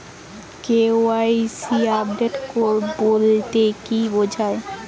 KYC update বলতে কি বোঝায়?